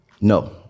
no